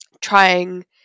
trying